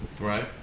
Right